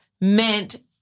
meant